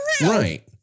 Right